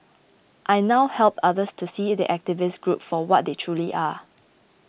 I now help others to see the activist group for what they truly are